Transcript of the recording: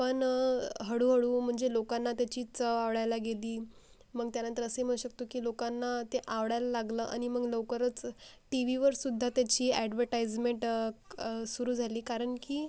पण हळूहळू म्हणजे लोकांना त्याची चव आवडायला गेली मग त्यानंतर असंही म्हणू शकतो की लोकांना ते आवडायला लागलं आणि मग लवकरच टी वीवरसुद्धा त्याची ॲडवटाईजमेंट क सुरू झाली कारण की